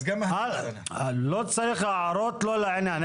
אני לא צריך הערות לא לעניין.